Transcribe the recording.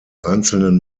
einzelnen